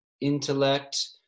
intellect